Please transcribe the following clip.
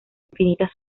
infinitas